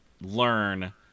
learn